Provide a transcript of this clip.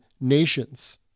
nations